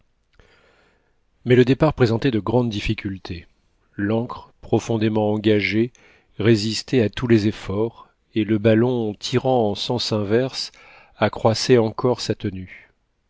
mais le départ présentait de grandes difficultés l'ancre profondément engagée résistait à tous les efforts et le ballon tirant en sens inverse accroissait encore sa tenue